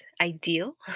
ideal